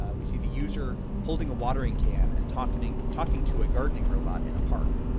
ah we see the user holding a watering can and talking talking to a gardening robot in a park.